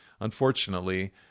Unfortunately